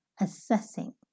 assessing